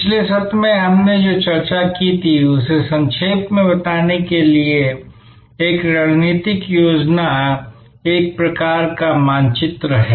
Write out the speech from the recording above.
पिछले सत्र में हमने जो चर्चा की थी उसे संक्षेप में बताने के लिए एक रणनीतिक योजना एक प्रकार का मानचित्र है